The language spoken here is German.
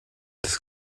des